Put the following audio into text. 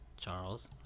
Charles